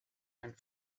went